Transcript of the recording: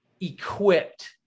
equipped